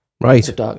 Right